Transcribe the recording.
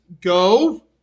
go